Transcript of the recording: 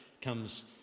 comes